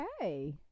Okay